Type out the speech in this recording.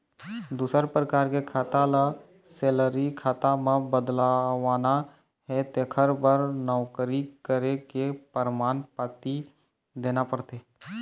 दूसर परकार के खाता ल सेलरी खाता म बदलवाना हे तेखर बर नउकरी करे के परमान पाती देना परथे